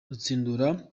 rutsindura